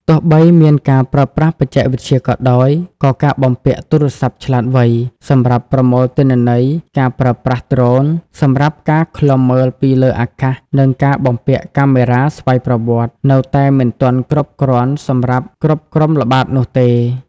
ទោះបីមានការប្រើប្រាស់បច្ចេកវិទ្យាក៏ដោយ ក៏ការបំពាក់ ទូរស័ព្ទឆ្លាតវៃ សម្រាប់ប្រមូលទិន្នន័យ ការប្រើប្រាស់ ដ្រូន សម្រាប់ការឃ្លាំមើលពីលើអាកាស និងការបំពាក់ កាមេរ៉ាស្វ័យប្រវត្តិ នៅតែមិនទាន់គ្រប់គ្រាន់សម្រាប់គ្រប់ក្រុមល្បាតនោះទេ។